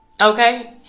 Okay